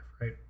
right